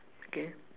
okay